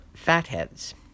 fatheads